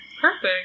Perfect